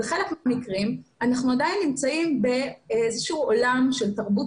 בחלק מהמקרים אנחנו עדיין נמצאים באיזה שהוא עולם של תרבות